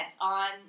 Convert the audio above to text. on